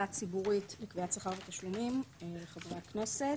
הציבורית לקביעת שכר ותשלומים לחברי הכנסת.